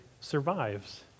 survives